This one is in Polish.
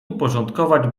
uporządkować